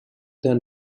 the